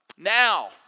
Now